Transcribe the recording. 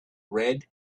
red